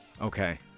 Okay